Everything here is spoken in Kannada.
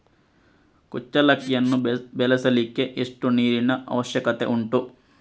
ಕುಚ್ಚಲಕ್ಕಿಯನ್ನು ಬೆಳೆಸಲಿಕ್ಕೆ ಎಷ್ಟು ನೀರಿನ ಅವಶ್ಯಕತೆ ಉಂಟು?